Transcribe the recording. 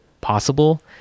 possible